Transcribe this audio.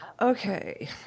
Okay